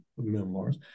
memoirs